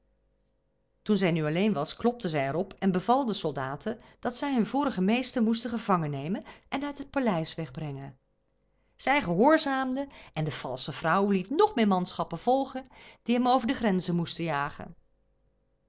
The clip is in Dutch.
toen zij nu alleen was klopte zij er op en beval de soldaten dat zij hun vorigen meester moesten gevangen nemen en uit het paleis wegbrengen zij gehoorzaamden en de valsche vrouw liet nog meer manschappen volgen die hem over de grenzen moesten jagen